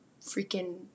freaking